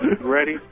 Ready